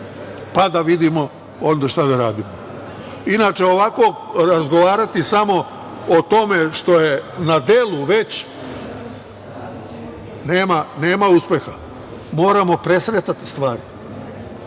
pa da vidimo onda šta da radimo. Inače, ovako razgovarati samo o tome što je na delu već, nema uspeha. Moramo presretati stvari.